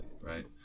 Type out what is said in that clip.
right